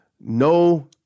no